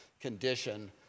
condition